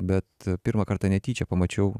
bet pirmą kartą netyčia pamačiau